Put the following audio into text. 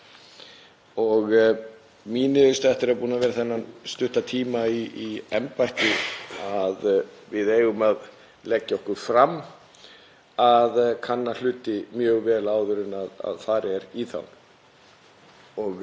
að kanna hluti mjög vel áður en farið er í þá. Það ætti í rauninni að segja sig sjálft að þegar við erum að fara í þessar miklu breytingar sem við höfum farið í þegar kemur að aðgerðum í loftslagsmálum,